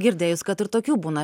girdėjus kad ir tokių būna